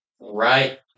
right